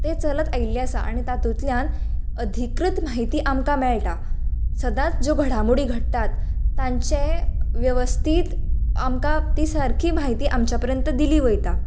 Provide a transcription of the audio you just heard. तें चलत आयिल्ले आसा आनी तातूंतल्यान अधिकृत म्हायती आमकां मेळटा सदांच ज्यो घडामोडी घडटात तांचे वेवस्थित आमकां तीं सारकी म्हायती आमच्या पर्यंत दिली वयता